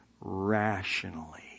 rationally